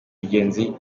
mugenzi